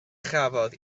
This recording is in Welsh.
chafodd